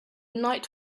night